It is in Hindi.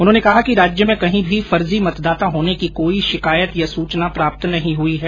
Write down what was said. उन्होंने बताया कि राज्य में कहीं भी फर्जी मतदाता होने की कोई शिकायत या सूचना प्राप्त नहीं हुई है